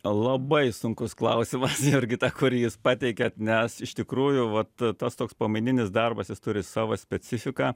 labai sunkus klausimas jurgita kurį jūs pateikėt nes iš tikrųjų vat tas toks pamaininis darbas jis turi savo specifiką